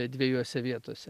dvejose vietose